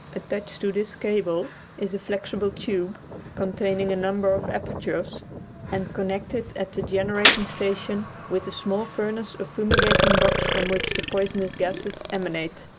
attached to this cable is a flexible tube containing a number of apertures and connected at the generating station with the small furnace or fumigating box from which the poisonous gases emanate.